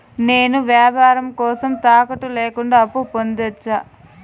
నేను వ్యాపారం కోసం తాకట్టు లేకుండా అప్పు పొందొచ్చా?